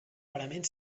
parament